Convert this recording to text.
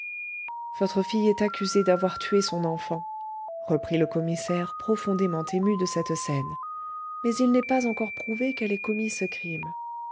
votre fille est accusée d'avoir tué son enfant reprit le commissaire profondément ému de cette scène mais il n'est pas encore prouvé qu'elle ait commis ce crime